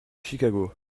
chicago